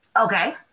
Okay